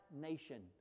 nation